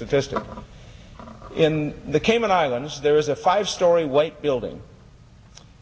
statistic in the cayman islands there is a five story white building